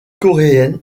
coréenne